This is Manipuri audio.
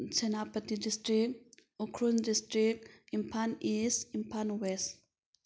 Senapati district Ukhrul district Imphal east Imphal west